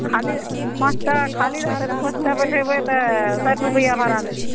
खाली पाँच टा खाली रहतै तऽ पाँच टा बैठेबै तऽ साठि रुपैआ भाड़ा लेबै